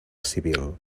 civil